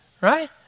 right